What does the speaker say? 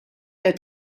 der